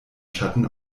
schatten